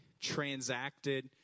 transacted